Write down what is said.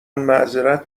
معذرت